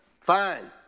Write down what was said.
Fine